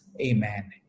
Amen